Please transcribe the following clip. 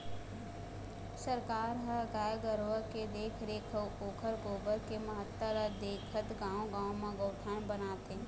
सरकार ह गाय गरुवा के देखरेख अउ ओखर गोबर के महत्ता ल देखत गाँव गाँव म गोठान बनात हे